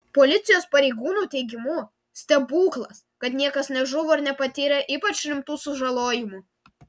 policijos pareigūnų teigimu stebuklas kad niekas nežuvo ir nepatyrė ypač rimtų sužalojimų